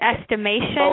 estimation